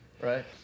Right